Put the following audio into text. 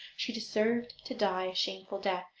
she deserved to die shameful death.